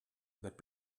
that